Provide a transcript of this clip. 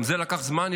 גם זה לקח זמן,